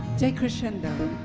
decrescendo.